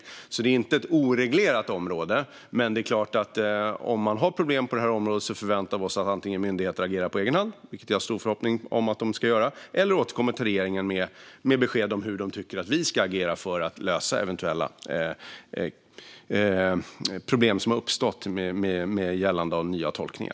Detta är alltså inte ett oreglerat område, men om man har problem på detta område förväntar vi oss att myndigheter antingen agerar på egen hand - vilket vi har stor förhoppning om att de ska göra - eller återkommer till regeringen med besked om hur de tycker att vi ska agera för att lösa problem som har uppstått med anledning av nya tolkningar.